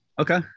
Okay